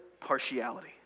partiality